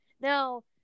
Now